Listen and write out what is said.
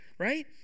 right